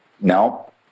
No